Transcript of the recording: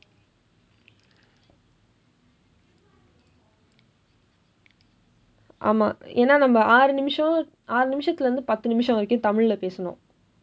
ஆமா ஏனா நம்ம ஆறு நிமிஷம் ஆறு நிமிஷத்திலிருந்து பத்து நிமிஷம் வரைக்கும் தமிழுல பேச வேண்டும்:aamaa eenaa namma aaru nimisham aaru nimishaththilirundthu paththu nimisham varaikkum thamizhula peesa veendum